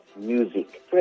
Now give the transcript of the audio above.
music